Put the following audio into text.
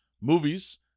Movies